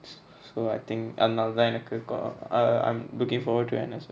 so so I think அதனாலதா எனக்கு:athanalatha enaku ko~ err I'm looking forward to N_S